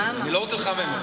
אני לא רוצה לחמם,